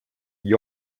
gli